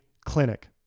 clinic